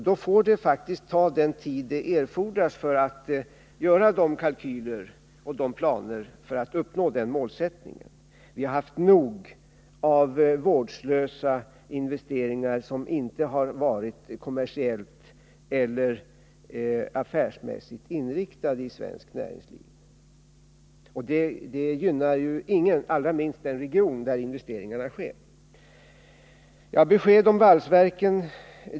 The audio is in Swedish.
Då får man faktiskt ta den tid som erfordras för att upprätta de kalkyler och planer som är nödvändiga för att man skall kunna uppnå den målsättningen. Vi har i svenskt näringsliv haft nog av vårdslösa investeringar som inte har varit kommersiellt eller affärsmässigt inriktade. De gynnar ingen, allra minst den region där investeringarna sker. Här har efterlysts besked om valsverken.